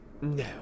No